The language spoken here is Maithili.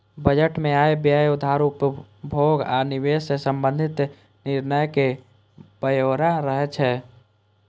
बजट मे आय, व्यय, उधार, उपभोग आ निवेश सं संबंधित निर्णयक ब्यौरा रहै छै